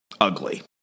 ugly